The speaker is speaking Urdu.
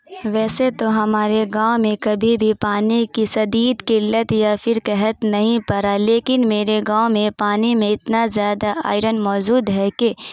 ویسے تو ہمارے گاؤں میں کبھی بھی پانی کی شدید قلت یا پھر قحط نہیں پڑا ہے لیکن میرے گاؤں میں پانی میں اتنا زیادہ آئرن موجود ہے کہ